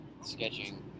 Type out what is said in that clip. sketching